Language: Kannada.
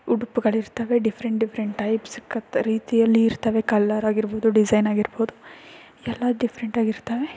ಉಡುಪುಗಳಿರ್ತವೆ ಡಿಫ್ರೆಂಟ್ ಡಿಫ್ರೆಂಟ್ ಟೈಪ್ಸ್ ಸಿಕ್ಕತ್ತೆ ರೀತಿಯಲ್ಲಿ ಇರ್ತವೆ ಕಲರ್ ಆಗಿರ್ಬೋದು ಡಿಸೈನ್ ಆಗಿರ್ಬೋದು ಎಲ್ಲ ಡಿಫ್ರೆಂಟಾಗಿ ಇರ್ತವೆ